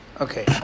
Okay